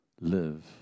live